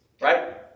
Right